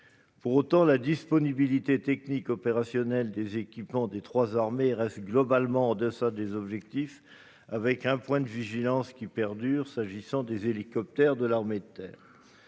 Pour autant, la disponibilité technique opérationnelle des équipements des trois armées reste globalement en deçà des objectifs, avec un point de vigilance qui perdure s'agissant des hélicoptères de l'armée de terre.